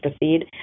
proceed